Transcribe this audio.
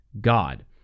God